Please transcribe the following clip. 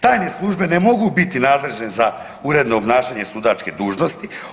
Tajne službe ne mogu biti nadležne za uredno obnašanje sudačke dužnosti.